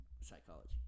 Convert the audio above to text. psychology